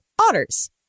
otters